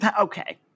okay